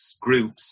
groups